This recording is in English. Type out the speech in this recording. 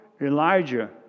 Elijah